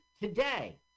today